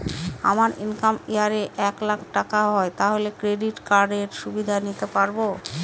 আমার income year এ এক লাক টাকা হয় তাহলে ক্রেডিট কার্ড এর সুবিধা নিতে পারবো?